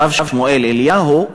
הרב שמואל אליהו,